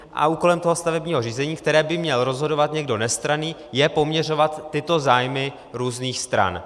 A úkolem stavebního řízení, které by měl rozhodovat někdo nestranný, je poměřovat tyto zájmy různých stran.